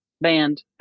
band